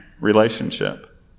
relationship